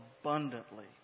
abundantly